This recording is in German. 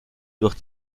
durch